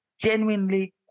genuinely